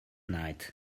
night